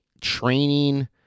training